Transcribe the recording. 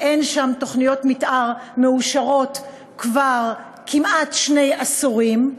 אין שם תוכניות מתאר מאושרות כבר כמעט שני עשורים,